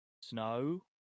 snow